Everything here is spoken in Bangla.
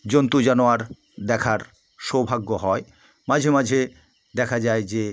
জন্তু জানোয়ার দেখার সৌভাগ্য হয় মাঝে মাঝে দেখা যায় যে